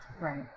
Right